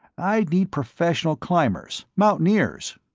i'd need professional climbers mountaineers.